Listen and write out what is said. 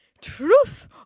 Truth